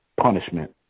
punishment